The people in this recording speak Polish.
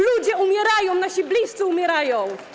Ludzie umierają, nasi bliscy umierają.